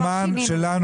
אפשר להתקדם.